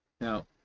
now